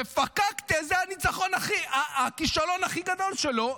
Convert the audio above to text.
כשפקקטה הכישלון הכי גדול שלו,